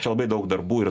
čia labai daug darbų ir